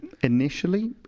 initially